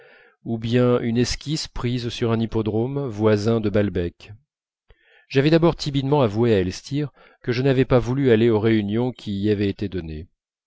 ou bien une esquisse prise sur un hippodrome voisin de balbec j'avais d'abord timidement avoué à elstir que je n'avais pas voulu aller aux réunions qui y avaient été données